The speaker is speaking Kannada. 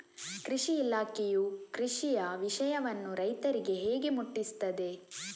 ಕೃಷಿ ಇಲಾಖೆಯು ಕೃಷಿಯ ವಿಷಯವನ್ನು ರೈತರಿಗೆ ಹೇಗೆ ಮುಟ್ಟಿಸ್ತದೆ?